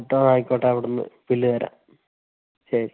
ആകട്ടെ ആയിക്കോട്ടെ അവിടുന്ന് ബില്ല് തരാം ശരി